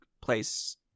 place